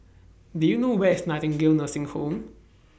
Do YOU know Where IS Nightingale Nursing Home